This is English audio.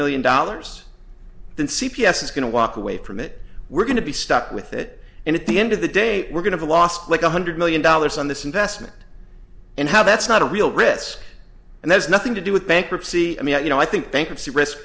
million dollars then c p s is going to walk away from it we're going to be stuck with it and at the end of the day we're going to lost like one hundred million dollars on this investment and how that's not a real risk and there's nothing to do with bankruptcy i mean you know i think bankruptcy risk